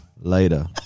Later